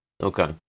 okay